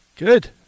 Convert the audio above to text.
Good